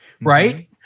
Right